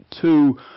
two